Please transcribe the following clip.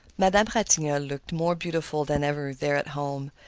madame ratignolle looked more beautiful than ever there at home,